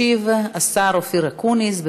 ישיב השר אופיר אקוניס.